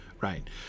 right